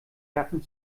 gatten